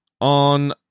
on